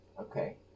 Okay